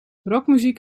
rockmuziek